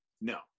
No